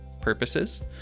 purposes